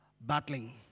battling